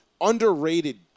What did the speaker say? underrated